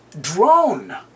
drone